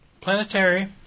Planetary